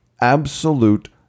absolute